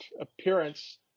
appearance